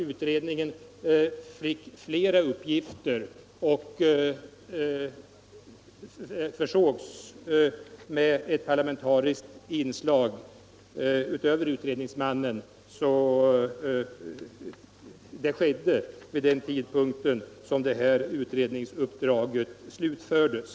Utredningen fick sedan flera uppgifter och försågs med ett parlamentariskt inslag utöver den tidigare utredningsmannen, men det skedde vid den tidpunkt då utredningsuppdraget om kvinnan i totalförsvaret slutfördes.